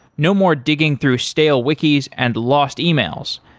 no more digging through stale wikis and lost emails.